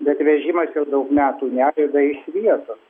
bet vežimas jau daug metų nejuda iš vietos